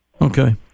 Okay